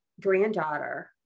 granddaughter